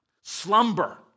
slumber